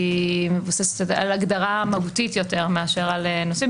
-- סמכות שמבוססת על הגדרה מהותית יותר מאשר על נושאים,